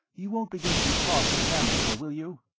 you won't begin to cross-examine her, will you?